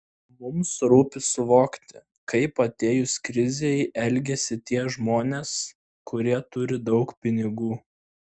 mums rūpi suvokti kaip atėjus krizei elgiasi tie žmonės kurie turi daug pinigų